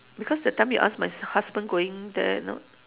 because that time you ask my husband going there you know